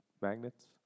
Magnets